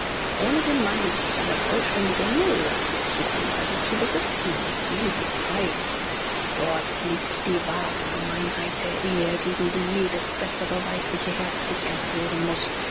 ohne den mann ist es eine vollständige null es sucht ihn also zu besitzen um jeden preis dort liegt die wahre gemeinheit der ehe gegen die jedes bessere weibliche herz sich empören muß